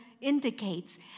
indicates